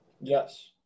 Yes